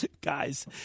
guys